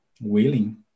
willing